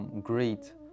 great